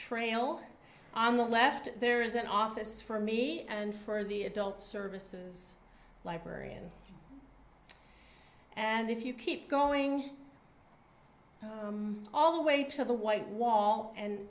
trail on the left there is an office for me and for the adult services librarian and if you keep going all the way to the white wall and